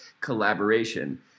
collaboration